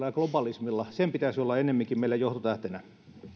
ja globalismilla sen pitäisi olla enneminkin meillä johtotähtenä